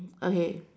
okay